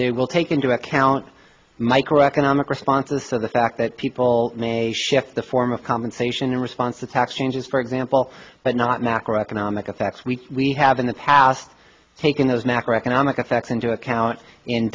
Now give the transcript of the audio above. they will take into account microeconomic responses so the fact that people may shift the form of compensation in response to tax changes for example but not my acro economic effects we we have in the past taken those macroeconomic effects into account in